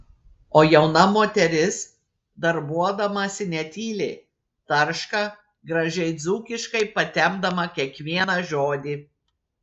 o jauna moteris darbuodamasi netyli tarška gražiai dzūkiškai patempdama kiekvieną žodį